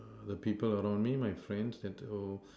the people around me my friends and